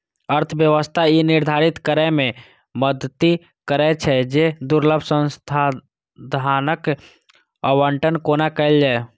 अर्थव्यवस्था ई निर्धारित करै मे मदति करै छै, जे दुर्लभ संसाधनक आवंटन कोना कैल जाए